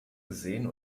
gesehen